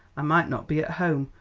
i might not be at home,